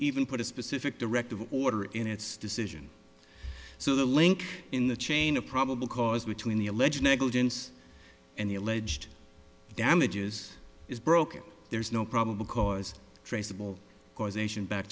even put a specific directive order in its decision so the link in the chain of probable cause between the alleged negligence and the alleged damages is broken there is no probable cause traceable causation back